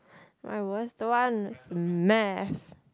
my worst one is math